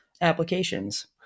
applications